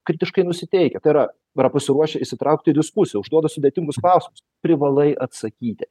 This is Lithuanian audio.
kritiškai nusiteikę tai yra yra pasiruošę įsitraukt į diskusiją užduoda sudėtingus klausimus privalai atsakyti